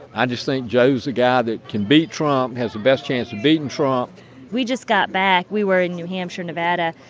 i just think joe's the guy that can beat trump, has the best chance of beating trump we just got back. we were in new hampshire, nevada,